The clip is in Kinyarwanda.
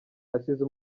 asize